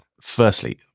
firstly